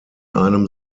einem